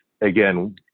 Again